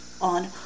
on